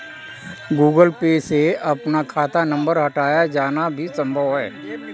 Google Pay से अपना खाता नंबर हटाया जाना भी संभव है